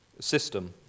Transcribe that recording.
system